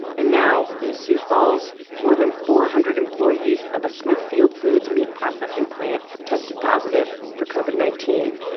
and now in sioux falls, more than four hundred employees of a smithfield foods meat processing plant have tested positive for covid nineteen.